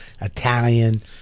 Italian